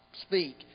speak